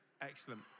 Excellent